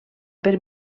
per